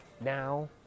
Now